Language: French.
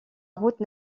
route